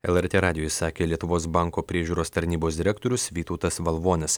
lrt radijui sakė lietuvos banko priežiūros tarnybos direktorius vytautas valvonis